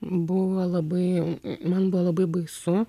buvo labai man buvo labai baisu